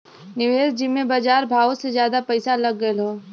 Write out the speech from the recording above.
निवेस जिम्मे बजार भावो से जादा पइसा लग गएल हौ